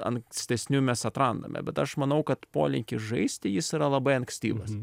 ankstesniu mes atrandame bet aš manau kad polinkis žaisti jis yra labai ankstyvas